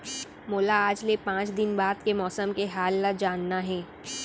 मोला आज ले पाँच दिन बाद के मौसम के हाल ल जानना हे?